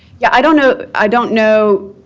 yeah, i don't know i don't know